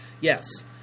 Yes